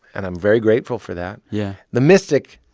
and i'm very grateful for that yeah the mystic,